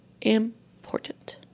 important